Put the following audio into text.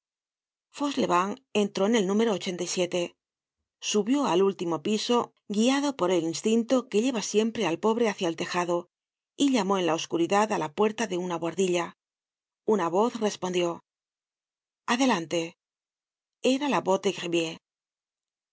fauchelevent entró en el número subió al último piso guiado por el instinto que lleva siempre al pobre hácia el tejado y llamó en la oscuridad á la puerta de una buhardilla una voz respondió adelante era la voz de